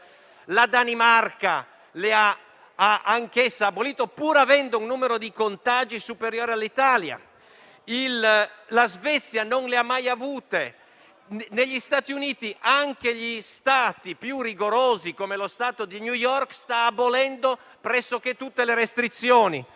La Danimarca le ha abolite, pur avendo un numero di contagi superiore a quello dell'Italia. La Svezia non ha mai avuto restrizioni. Negli Stati Uniti, anche gli Stati più rigorosi come quello di New York, si stanno abolendo pressoché tutte le restrizioni;